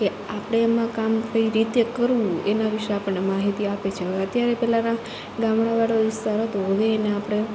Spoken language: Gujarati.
કે આપણે એમાં કામ કઈ રીતે કરવું એના વિશે આપણને માહિતી આપે છે હવે અત્યારે પહેલાંના ગામડાવાળો વિસ્તાર હતો હવે એને આપણે